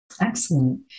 Excellent